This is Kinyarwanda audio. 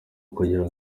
kugira